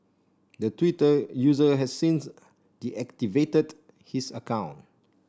the Twitter user has since deactivated his account